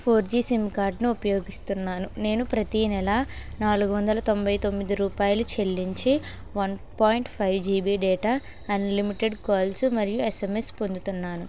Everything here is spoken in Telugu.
ఫోర్ జీ సిమ్ కార్డు ను ఉపయోగిస్తున్నాను నేను ప్రతినెల నాలుగు వందల తొంభై తొమ్మిది రూపాయలు చెల్లించి one point five GB data unlimited calls మరియు ఎస్ఎంఎస్ పొందుతున్నాను